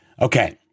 Okay